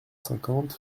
cinquante